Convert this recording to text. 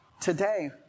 today